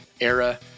era